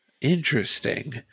interesting